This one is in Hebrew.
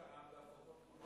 השקעה בהפקות מקור.